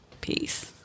Peace